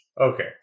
Okay